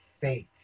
faith